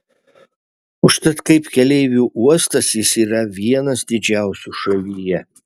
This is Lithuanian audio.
užtat kaip keleivių uostas jis yra vienas didžiausių šalyje